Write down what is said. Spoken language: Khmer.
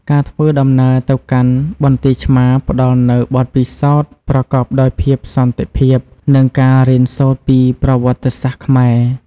ការធ្វើដំណើរទៅកាន់បន្ទាយឆ្មារផ្តល់នូវបទពិសោធន៍ប្រកបដោយភាពសន្តិភាព និងការរៀនសូត្រពីប្រវត្តិសាស្ត្រខ្មែរ។